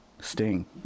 sting